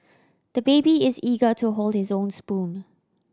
the baby is eager to hold his own spoon